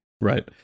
Right